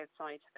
outside